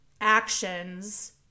actions